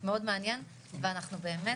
מאוד מעניין ואנחנו באמת,